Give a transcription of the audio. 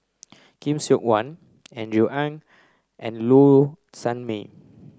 Khoo Seok Wan Andrew Ang and Low Sanmay